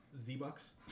Z-Bucks